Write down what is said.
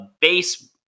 base